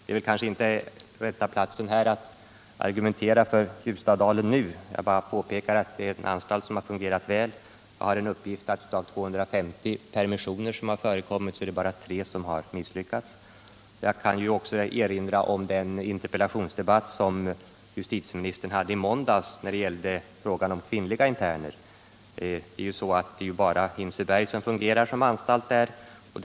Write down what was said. Här är kanske inte rätta platsen att argumentera för Ljustadalen nu. Jag bara påpekar att det är en anstalt som har fungerat väl. Jag har en uppgift att av 250 permissioner är det bara 3 som har misslyckats. Jag kan också erinra om den interpellationsdebatt som justitieministern hade i måndags när det gällde frågan om kvinnliga interner. Det är ju bara Hinseberg som tar emot kvinnor.